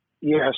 Yes